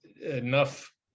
enough